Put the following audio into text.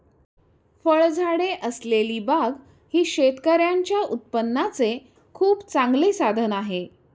फळझाडे असलेली बाग ही शेतकऱ्यांच्या उत्पन्नाचे खूप चांगले साधन आहे